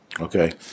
Okay